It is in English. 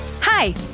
Hi